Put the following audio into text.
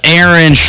Aaron